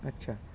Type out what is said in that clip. अच्छा